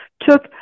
took